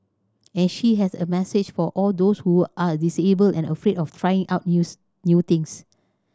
and she has a message for all those who are disabled and afraid of trying out news new things